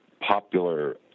popular